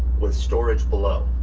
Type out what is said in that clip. with storage below.